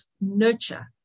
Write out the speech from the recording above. Nurture